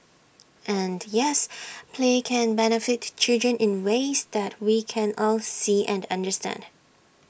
and yes play can benefit children in ways that we can all see and understand